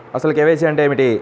అసలు కే.వై.సి అంటే ఏమిటి?